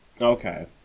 Okay